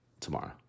Tomorrow